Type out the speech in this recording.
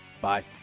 Bye